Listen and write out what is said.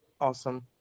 Awesome